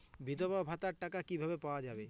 বিধবা ভাতার টাকা কিভাবে পাওয়া যাবে?